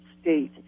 state